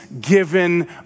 given